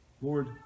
Lord